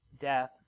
death